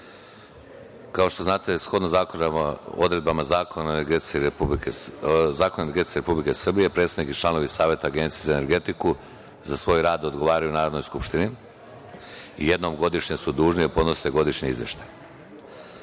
što znate, shodno odredbama Zakona o energetici Republike Srbije, predsednik i članovi Saveta Agencije za energetiku za svoj rad odgovaraju Narodnoj skupštini i jednom godišnje su dužni da podnose godišnji izveštaj. Savet